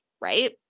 right